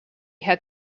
had